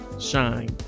shine